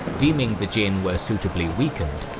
deeming the jin were suitably weakened,